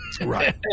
right